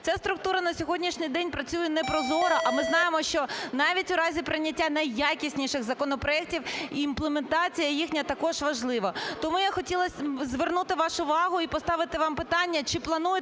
Ця структура на сьогоднішній день працює непрозоро. А ми знаємо, що навіть у разі прийняття найякісніших законопроектів імплементація їхня також важлива. Тому я хотіла звернути вашу увагу і поставити вам питання. Чи плануєте